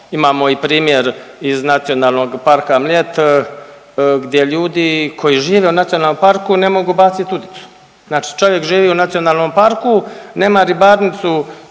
imamo i primjer iz Nacionalnog parka Mljet gdje ljudi koji žive u nacionalnom parku ne mogu bacit ulicu. Znači čovjek živi u nacionalnom parku, nema ribarnicu